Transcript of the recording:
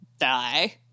die